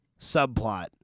subplot